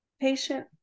patient